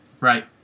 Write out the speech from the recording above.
Right